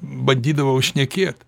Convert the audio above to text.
bandydavau šnekėt